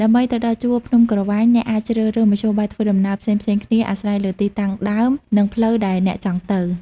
ដើម្បីទៅដល់ជួរភ្នំក្រវាញ អ្នកអាចជ្រើសរើសមធ្យោបាយធ្វើដំណើរផ្សេងៗគ្នា អាស្រ័យលើទីតាំងដើម និងផ្លូវដែលអ្នកចង់ទៅ។